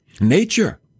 Nature